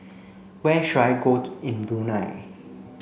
where should I go to in Brunei